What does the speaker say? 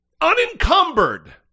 Unencumbered